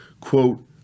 quote